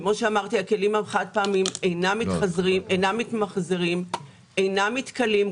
הכלים החד-פעמיים אינם ברי-מחזור ואינם מתכלים.